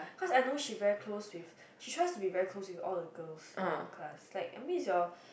cause I know she very close with she tries to be very close with all the girls in the class I mean is your